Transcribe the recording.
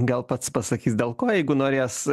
gal pats pasakys dėl ko jeigu norės